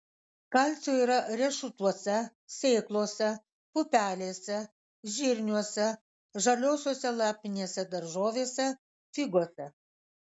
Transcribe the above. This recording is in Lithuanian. kalcio yra riešutuose sėklose pupelėse žirniuose žaliosiose lapinėse daržovėse figose